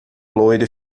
loiro